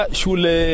shule